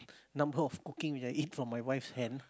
number of cooking I eat from my wife's hand